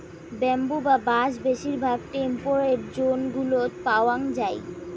bamboo বা বাঁশ বেশিরভাগ টেম্পেরেট জোন গুলোত পাওয়াঙ যাই